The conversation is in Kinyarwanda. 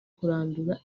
kurandura